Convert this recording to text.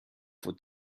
for